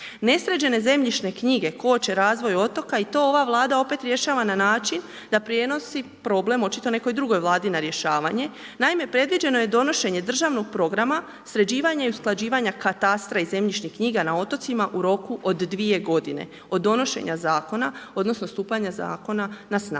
Nesređene zemljišne knjige koče razvoj otoka i to ova Vlada opet rješava na način da prijenosi problem očito nekoj drugoj Vladi na rješavanje. Naime, predviđeno je donošenje državnog programa, sređivanja i usklađivanja katastra i zemljišnih knjiga na otocima u roku od dvije godine od donošenja zakona, odnosno stupanja zakona na snagu.